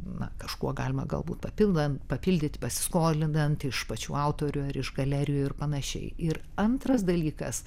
na kažkuo galima galbūt papildant papildyti pasiskolinant iš pačių autorių ar iš galerijų ir panašiai ir antras dalykas